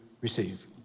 receive